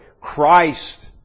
Christ